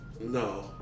No